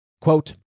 Quote